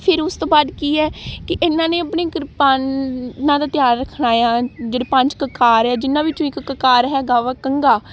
ਫਿਰ ਉਸ ਤੋਂ ਬਾਅਦ ਕੀ ਆ ਕਿ ਇਹਨਾਂ ਨੇ ਆਪਣੀ ਕਿਰਪਾਨ ਨਾ ਤਾਂ ਧਿਆਨ ਰੱਖਣਾ ਏ ਆ ਜਿਹੜੇ ਪੰਜ ਕਕਾਰ ਆ ਜਿਹਨਾਂ ਵਿੱਚੋਂ ਇੱਕ ਕਕਾਰ ਹੈਗਾ ਵਾ ਕੰਘਾ